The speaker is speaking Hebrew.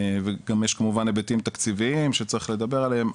וגם יש כמובן היבטים תקציביים שצריך לדבר עליהם,